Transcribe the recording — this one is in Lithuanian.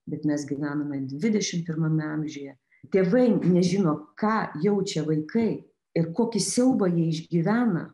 bet mes gyvename dvidešim pirmame amžiuje tėvai nežino ką jaučia vaikai ir kokį siaubą jie išgyvena